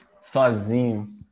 Sozinho